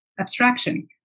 abstraction